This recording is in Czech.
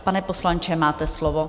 Pane poslanče, máte slovo.